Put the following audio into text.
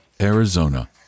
Arizona